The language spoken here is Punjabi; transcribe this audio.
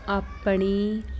ਆਪਣੀ